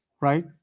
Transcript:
Right